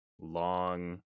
long